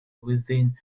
within